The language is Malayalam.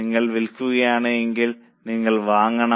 നിങ്ങൾ വിൽക്കുകയാണെങ്കിൽ നിങ്ങൾ വാങ്ങണം